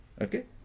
Okay